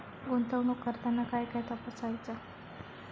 गुंतवणूक करताना काय काय तपासायच?